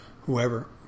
whoever